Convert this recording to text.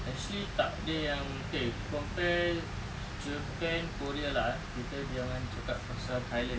actually takde yang okay compare japan korea lah kita jangan cakap pasal thailand